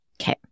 Okay